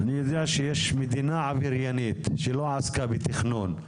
אני יודע שיש מדינה עבריינית שלא עסקה בתכנון,